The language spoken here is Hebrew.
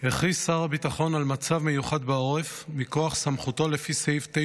הכריז שר הביטחון על מצב מיוחד בעורף מכוח סמכותו לפי סעיף